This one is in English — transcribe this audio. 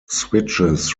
switches